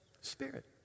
spirit